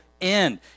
end